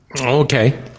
Okay